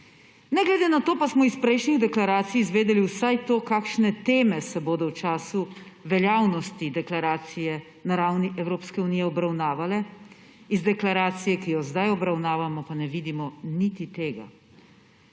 Ne glede na to pa smo iz prejšnjih deklaracij izvedeli vsaj to, kakšne teme se bodo v času veljavnosti deklaracije na ravni Evropske unije obravnavale, iz deklaracije, ki jo sedaj obravnavamo, pa ne vidimo niti tega.